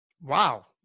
Wow